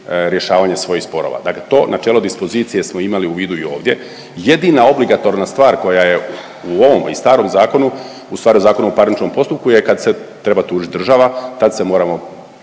rješavanje svojih sporova. Dakle to načelo dispozicije smo imali u vidu i ovdje, jedina obligatorna stvar koja je u ovom i starom zakonu, ustvari u Zakonu o parničnom postupku je kad se treba tužiti država, tad se moramo